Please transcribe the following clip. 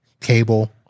cable